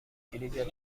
کلید